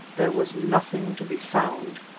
there was nothing to be found.